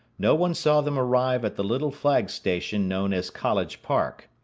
no one saw them arrive at the little flag station known as college park.